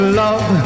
love